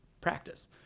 practice